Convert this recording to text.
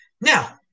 Now